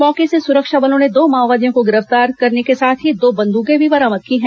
मौके से सुरक्षा बलों ने दो माओवादियों को गिरफ्तार के साथ ही दो बंदूकें भी बरामद की हैं